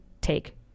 take